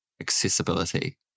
accessibility